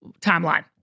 timeline